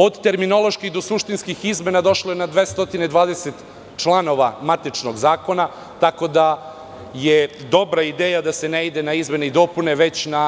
Od terminoloških do suštinskih izmena došlo je na 220 članova matičnog zakona, tako da je dobra ideja da se ne ide na izmene i dopune već na